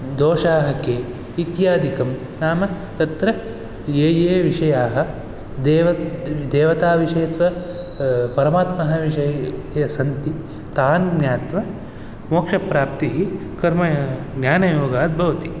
दोषाः के इत्यादिकं नाम तत्र ये ये विषयाः देवत् देवताविषय अथवा परमात्मनः विषय ये सन्ति तान् ज्ञात्वा मोक्षप्राप्तिः कर्म ज्ञानयोगाद् भवति